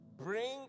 bring